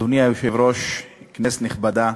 אדוני היושב-ראש, כנסת נכבדה,